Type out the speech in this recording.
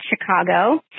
Chicago